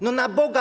No, na Boga!